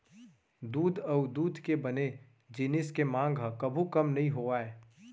दूद अउ दूद के बने जिनिस के मांग ह कभू कम नइ होवय